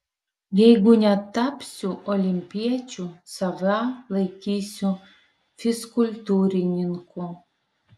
jeigu netapsiu olimpiečiu save laikysiu fizkultūrininku